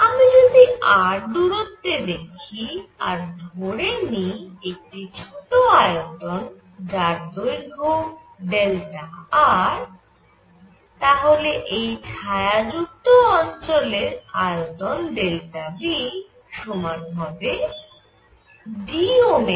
আমি যদি r দূরত্বে দেখি আর ধরে নিই একটি ছোট আয়তন যার দৈর্ঘ্য r তাহলে এই ছায়াযুক্ত অঞ্চলের আয়তন V সমান হবে dr2Δr